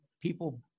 people